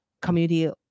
community